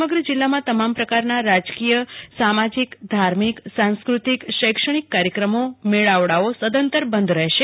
સમગ્ર જિલ્લામાં તમામ પ્રકારની રાજકીય સામાજીક ધાર્મિક સાંસ્કૃતીક શૈક્ષણીક કાર્યક્રમો મેળાવડાઓ સદંતર બંધ રેશે